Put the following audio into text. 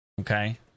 Okay